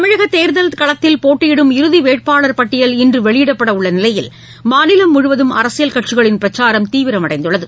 தமிழகதேர்தல் களத்தில் போட்டியிடும் இறுதிவேட்பாளர் பட்டியல் இன்றுவெளியிடப்படஉள்ளநிலையில் மாநிலம் முழுவதும் அரசியல் கட்சிளின் பிரச்சாரம் தீவிரமடைந்துள்ளது